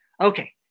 Okay